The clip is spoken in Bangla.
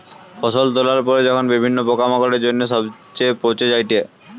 ফসল তোলার পরে যখন বিভিন্ন পোকামাকড়ের জন্য যখন সবচে পচে যায়েটে